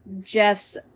Jeff's